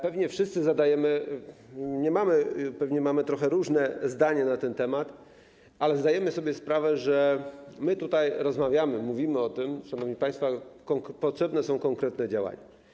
Pewnie wszyscy zadajemy sobie tu pytania i pewnie mamy trochę różne zdania na ten temat, ale zdajemy sobie sprawę, że - my tutaj rozmawiamy, mówimy o tym - szanowni państwo, potrzebne są tu konkretne działania.